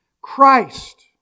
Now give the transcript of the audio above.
Christ